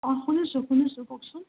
অঁ শুনিছোঁ শুনিছোঁ কওকচোন